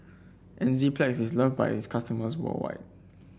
Enzyplex is loved by its customers worldwide